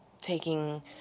taking